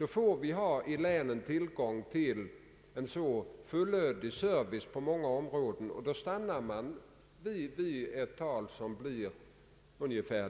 måste vi i länen skapa möjligheter till en så fullödig service som möjligt på många områden, och då kan man komma till det invånarantal som jag här angett.